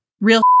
real